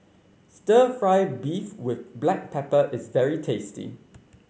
stir fry beef with Black Pepper is very tasty